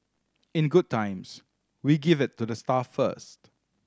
in good times we give it to the staff first